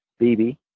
BB